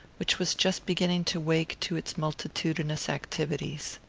which was just beginning to wake to its multitudinous activities.